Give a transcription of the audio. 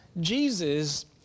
Jesus